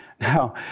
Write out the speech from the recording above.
Now